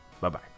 Bye-bye